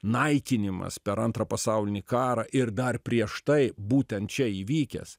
naikinimas per antrą pasaulinį karą ir dar prieš tai būtent čia įvykęs